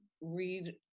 read